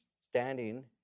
standing